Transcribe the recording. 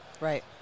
Right